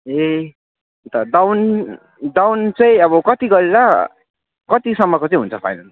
ए अन्त down down चाहिँ अब कति गरेर कतिसम्मको चाहिँ हुन्छ फाइनल